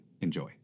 Enjoy